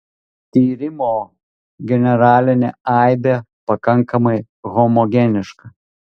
tyrimo generalinė aibė pakankamai homogeniška